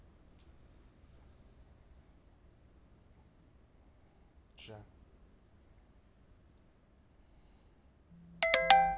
sure